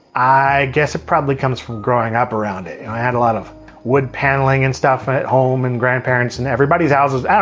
i guess it probably comes from growing up around it. and i had a lot of wood paneling and stuff at home, and grandparents, and everybody's houses had yeah it.